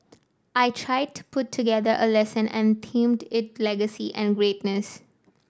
I tried to put together a lesson and themed it legacy and greatness